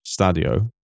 Stadio